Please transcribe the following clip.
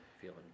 feeling